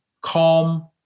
calm